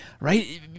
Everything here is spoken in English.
right